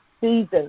season